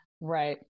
right